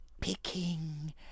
picking